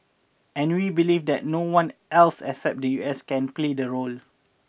and we believe that no one else except the U S can play the role